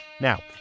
Now